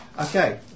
Okay